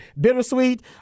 Bittersweet